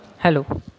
hello